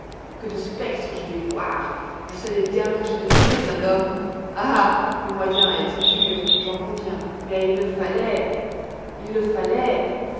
que de spectres je vais voir je savais bien que je deviendrais un homme ah le moyen a été dur j'en conviens mais il le fallait il le fallait